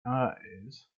eyes